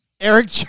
Eric